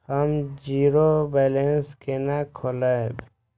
हम zero balance केना खोलैब?